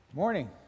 morning